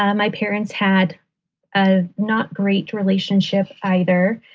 and my parents had a not great relationship either.